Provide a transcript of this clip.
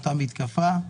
אותה מתקפה.